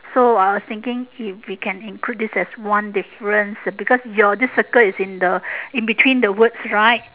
so I was thinking if we can include this as one difference because your this circle is in the in between the words right